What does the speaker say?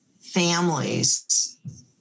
families